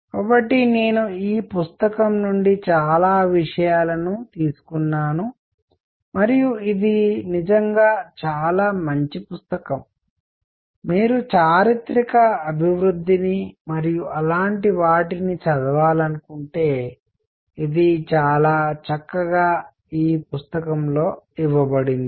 కాబట్టి నేను ఈ పుస్తకం నుండి చాలా విషయాలను తీసుకున్నాను మరియు ఇది నిజంగా చాలా మంచి పుస్తకం మీరు చారిత్రక అభివృద్ధిని మరియు అలాంటి వాటిని చదవాలనుకుంటే ఇది చాలా చక్కగా ఈ పుస్తకంలో ఇవ్వబడింది